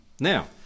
Now